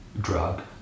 drug